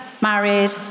married